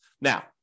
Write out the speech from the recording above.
Now